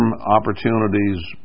opportunities